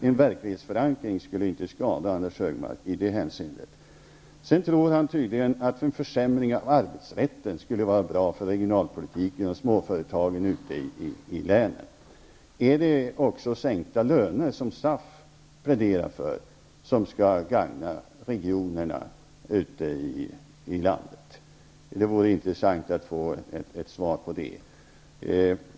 En verklighetsförankring skulle inte skada Anders G Anders G Högmark tror tydligen att en försämring av arbetsrätten skulle vara bra för regionalpolitiken och småföretagen. Skall även sänkta löner, som SAF pläderar för, gagna regionerna ute i landet? Det vore intressant att få svar på den frågan.